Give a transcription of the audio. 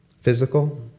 Physical